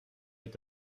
est